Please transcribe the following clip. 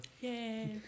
Yay